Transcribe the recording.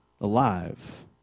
alive